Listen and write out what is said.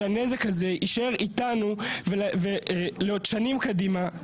שהנזק הזה יישאר איתנו לעוד שנים קדימה.